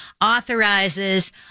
authorizes